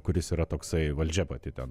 kuris yra toksai valdžia pati ten